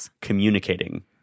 communicating